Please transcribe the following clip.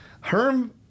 Herm